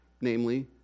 namely